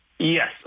Yes